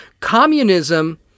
Communism